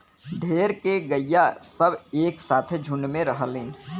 ढेर के गइया सब एक साथे झुण्ड में रहलीन